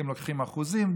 כי הם לוקחים אחוזים,